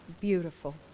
beautiful